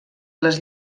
les